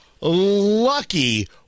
Lucky